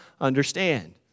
understand